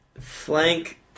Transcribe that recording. flank